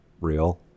real